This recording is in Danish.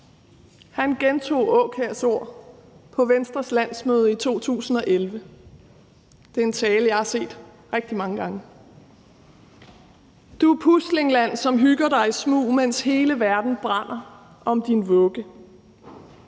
Han gentog Aakjærs ord på Venstres landsmøde i 2011. Det er en tale, jeg har set rigtig mange gange. »Du pusling-land, som hygger dig i smug,/ mens hele verden brænder om din vugge